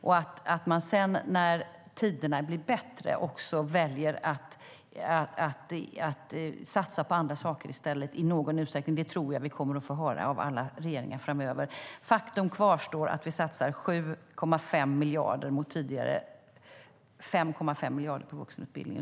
Och när tiderna sedan blir bättre väljer man att satsa på andra saker i stället, i någon utsträckning. Det tror jag att vi kommer att få höra av alla regeringar framöver. Faktum kvarstår. Vi satsar 7,5 miljarder, mot tidigare 5,5 miljarder, på vuxenutbildningen.